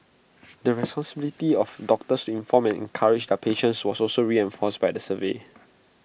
the of doctors inform and encourage their patients was also reinforced by the survey